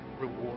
reward